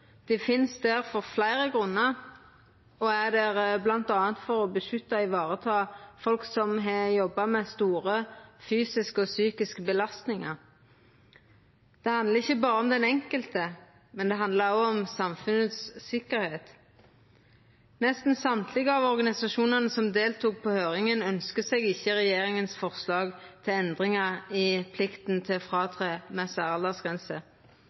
Dei finst der av fleire grunnar og er der bl.a. for å beskytta og varetaka folk som har jobba med store fysiske og psykiske belastningar. Det handlar ikkje berre om den enkelte, men det handlar òg om samfunnssikkerheit. Nesten ingen av organisasjonane som deltok på høyringa, ønskjer regjeringa sitt forslag til endringar i plikta til